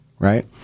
Right